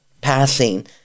passing